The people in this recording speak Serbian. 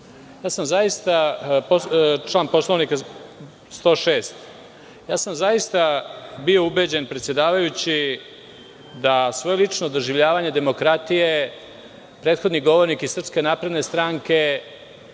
poslanici, član Poslovnika 106. Ja sam zaista bio ubeđen predsedavajući da svoje lično doživljavanje demokratije prethodni govornik iz SNS da je to